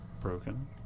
broken